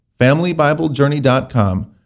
familybiblejourney.com